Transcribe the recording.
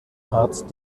arzt